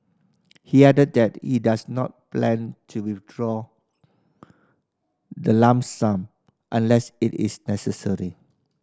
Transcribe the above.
he added that he does not plan to withdraw the lump sum unless it is necessary